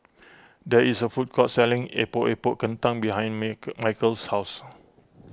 there is a food court selling Epok Epok Kentang behind Michial's house